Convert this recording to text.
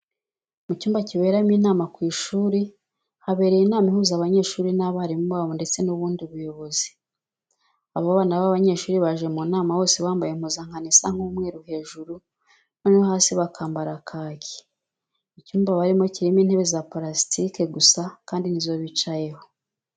Mu cyumba kiberamo inama ku ishuri habereye inama ihuza abanyeshuri n'abarimu babo ndetse n'ubundi buyobozi, aba bana b'abanyeshuri baje mu nama bose bambaye impuzankano isa nk'umweru hejuru, noneho hasi bakambara kaki. Icyumba barimo kirimo intebe za parasitike gusa kandi nizo bicayeho.